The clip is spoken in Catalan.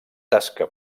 tasca